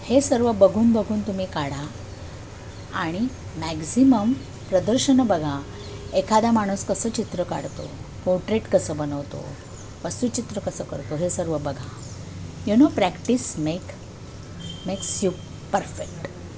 हे सर्व बघून बघून तुम्ही काढा आणि मॅक्झिमम प्रदर्शनं बघा एखादा माणूस कसं चित्र काढतो पोट्रेट कसं बनवतो वस्तूचित्र कसं करतो हे सर्व बघा you know practice make makes you perfect